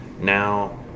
now